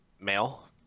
male